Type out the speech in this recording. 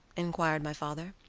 inquired my father.